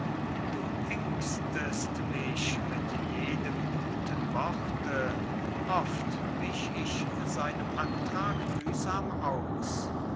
du ängstest mich mit jedem guten worte oft wich ich seinem antrag mühsam aus